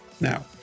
Now